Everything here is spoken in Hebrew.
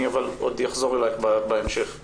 אבל אני עוד אחזור אלייך בהמשך.